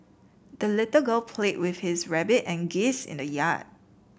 the little girl played with his rabbit and geese in the yard